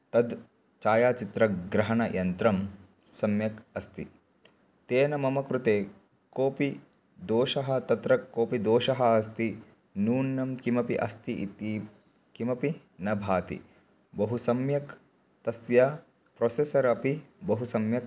तद् छायाचित्रग्रहणयन्त्रं सम्यक् अस्ति तेन मम कृते कोपि दोषः तत्र कोपि दोषः अस्ति नूनं किमपि अस्ति इति किमपि न भाति बहु सम्यक् तस्य प्रोसेसर् अपि बहु सम्यक्